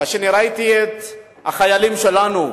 כאשר ראיתי את החיילים שלנו,